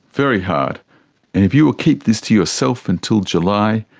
very hard. and if you will keep this to yourself until july,